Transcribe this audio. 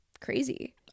crazy